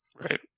Right